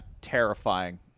terrifying